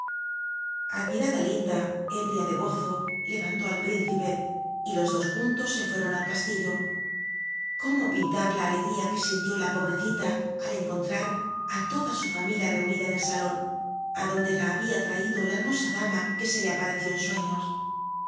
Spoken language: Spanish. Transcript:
admirada linda ébria de gozo levantó al príncipe y los dos juntos se fuéron al castillo i cómo pintar la alegría que sintió la pobrecita al encontrar á toda su familia reunida en el salon adonde la babia lraido la hermosa dama que se le apareció en suciíos